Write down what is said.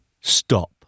Stop